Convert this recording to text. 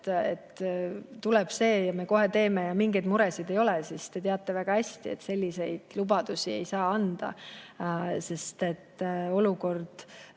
tuleb see, ja me kohe teeme ja mingeid muresid ei ole? Te teate väga hästi, et selliseid lubadusi ei saa anda, sest olukord